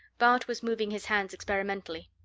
bart was moving his hands experimentally.